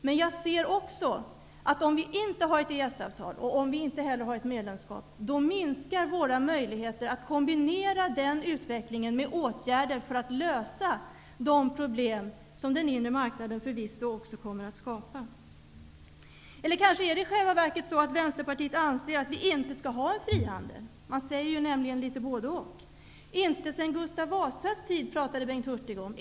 Men jag ser också, att om vi inte har ett EES-avtal, och om vi inte heller har ett medlemskap, minskar våra möjligheter att kombinera utvecklingen med åtgärder för att lösa de problem som den inre marknaden förvisso kommer att skapa. Är det kanske i själva verket så, att Vänsterpartiet anser att vi inte skall ha en frihandel? Man säger nämligen både och. Inte sedan Gustav Vasas tid, sade Bengt Hurtig.